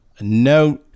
no